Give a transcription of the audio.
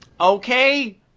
Okay